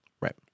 right